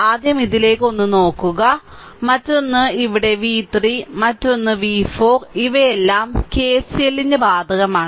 ആദ്യം ഇതിലേക്ക് ഒന്ന് നോക്കുക മറ്റൊന്ന് ഇവിടെ v 3 മറ്റൊന്ന് v 4 ഇവയെല്ലാം KCLല്ലിന് ബാധകമാണ്